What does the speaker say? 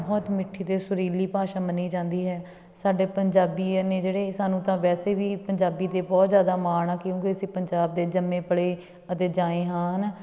ਬਹੁਤ ਮਿੱਠੀ ਅਤੇ ਸੁਰੀਲੀ ਭਾਸ਼ਾ ਮੰਨੀ ਜਾਂਦੀ ਹੈ ਸਾਡੇ ਪੰਜਾਬੀ ਇੰਨੇ ਜਿਹੜੇ ਸਾਨੂੰ ਤਾਂ ਵੈਸੇ ਵੀ ਪੰਜਾਬੀ ਦੇ ਬਹੁਤ ਜ਼ਿਆਦਾ ਮਾਣ ਆ ਕਿਉਂਕਿ ਅਸੀਂ ਪੰਜਾਬ ਦੇ ਜੰਮੇ ਪਲੇ ਅਤੇ ਜਾਏ ਹਾਂ ਹੈ ਨਾ